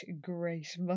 great